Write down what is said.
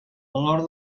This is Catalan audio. valor